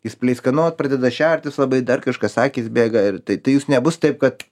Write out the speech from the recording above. jis pleiskanot pradeda šertis labai dar kažkas akys bėga ir tai tai jūs nebus taip kad